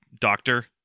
doctor